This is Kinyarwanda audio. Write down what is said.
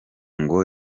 ngo